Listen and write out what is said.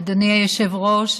אדוני היושב-ראש,